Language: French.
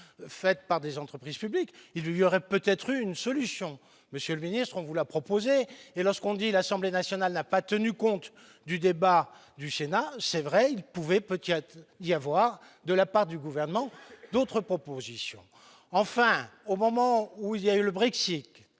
fait par des entreprises publiques, il y aurait peut-être une solution, monsieur le ministre vous l'a proposé et lorsqu'on dit, l'Assemblée nationale n'a pas tenu compte du débat du Sénat, c'est vrai, il pouvait peut-être y avoir de la part du gouvernement, d'autres propositions, enfin, au moment où il y a eu le Brexit,